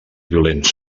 violents